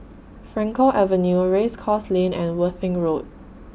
Frankel Avenue Race Course Lane and Worthing Road